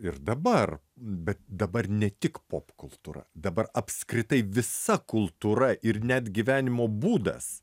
ir dabar bet dabar ne tik popkultūra dabar apskritai visa kultūra ir net gyvenimo būdas